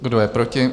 Kdo je proti?